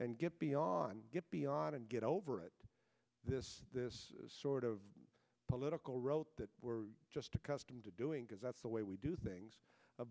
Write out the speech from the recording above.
and get beyond get beyond and get over it this this sort of political realm that we're just accustomed to doing because that's the way we do things of